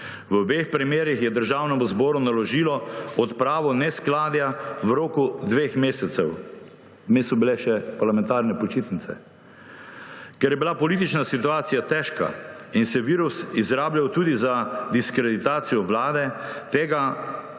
V obeh primerih je Državnemu zboru naložilo odpravo neskladja v roku dveh mesecev. Vmes so bile še parlamentarne počitnice. Ker je bila politična situacija težka in se je virus izrabljal tudi za diskreditacijo vlade, tega